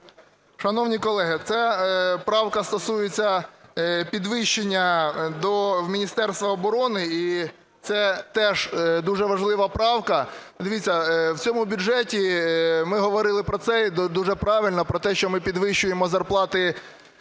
Шановні колеги, ця правка стосується підвищення до Міністерства оборони, і це теж дуже важлива правка. Дивіться, в цьому бюджеті, ми говорили про це, і дуже правильно, про те, що ми підвищуємо зарплати